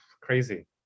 crazy